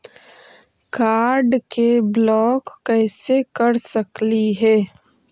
Card के block कैसे कर सकली हे?